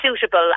suitable